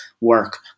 work